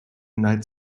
night